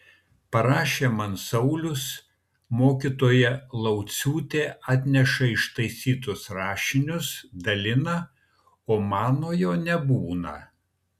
parašė man saulius mokytoja lauciūtė atneša ištaisytus rašinius dalina o manojo nebūna